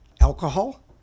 alcohol